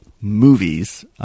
movies